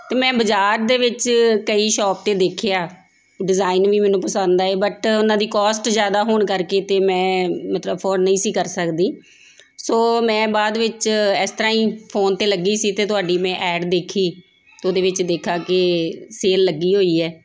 ਅਤੇ ਮੈਂ ਬਾਜ਼ਾਰ ਦੇ ਵਿੱਚ ਕਈ ਸ਼ੋਪ 'ਤੇ ਦੇਖਿਆ ਡਿਜ਼ਾਇਨ ਵੀ ਮੈਨੂੰ ਪਸੰਦ ਆਏ ਬਟ ਉਹਨਾਂ ਦੀ ਕੋਸਟ ਜ਼ਿਆਦਾ ਹੋਣ ਕਰਕੇ ਤਾਂ ਮੈਂ ਮਤਲਬ ਅਫੋਡ ਨਹੀਂ ਸੀ ਕਰ ਸਕਦੀ ਸੋ ਮੈਂ ਬਾਅਦ ਵਿੱਚ ਇਸ ਤਰ੍ਹਾਂ ਹੀ ਫੋਨ 'ਤੇ ਲੱਗੀ ਸੀ ਅਤੇ ਤੁਹਾਡੀ ਮੈਂ ਐਡ ਦੇਖੀ ਅਤੇ ਉਹਦੇ ਵਿੱਚ ਦੇਖਿਆ ਕਿ ਸੇਲ ਲੱਗੀ ਹੋਈ ਹੈ